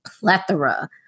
plethora